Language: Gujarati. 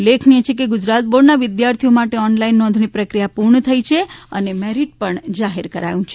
ઉલ્લેખનીય છે કે ગુજરાત બોર્ડના વિદ્યાર્થીઓ માટે ઓનલાઈન નોંધણી પ્રક્રિયા પૂર્ણ થઈ ગઈ છે અને મેરિટ પણ જાહેર થઈ ગયું છે